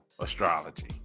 astrology